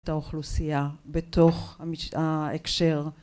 את האוכלוסייה בתוך ההקשר